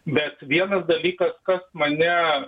bet vienas dalykas kas mane